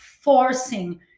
forcing